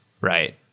Right